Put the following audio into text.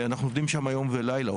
אנחנו עובדים יום ולילה.